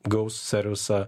gaus servisą